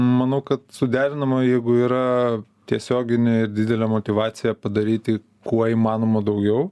manau kad suderinama jeigu yra tiesioginė ir didelė motyvacija padaryti kuo įmanoma daugiau